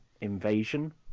invasion